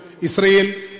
Israel